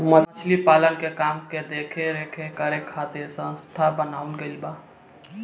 मछली पालन के काम के देख रेख करे खातिर संस्था बनावल गईल बा